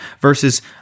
versus